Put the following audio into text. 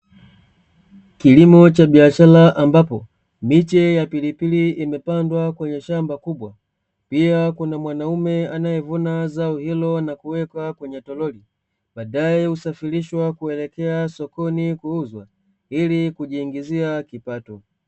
Kilimo cha biashara ambapo miche ya pilipili imepandwa kwenye shamba kubwa, pia kuna mwanaume anayevuna zao hilo na kuweka kwenye toroli, badaye husafirishwa kuelekea sokoni kuuzwa ili kujiingizia kipato.